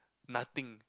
nothing